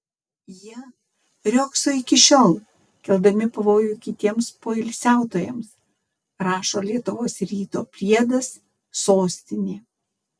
jie riogso iki šiol keldami pavojų kitiems poilsiautojams rašo lietuvos ryto priedas sostinė